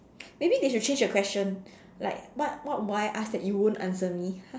maybe they should change the question like what what will I ask that you won't answer me